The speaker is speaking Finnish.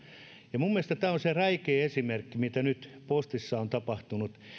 ja minun mielestäni tämä on se räikein esimerkki mitä nyt postissa on tapahtunut